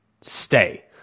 stay